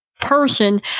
person